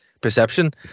perception